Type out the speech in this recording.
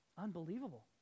Unbelievable